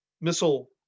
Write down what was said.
missile